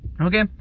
Okay